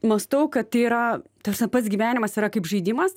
mąstau kad tai yra taprasme pats gyvenimas yra kaip žaidimas